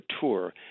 tour